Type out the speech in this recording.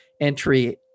entry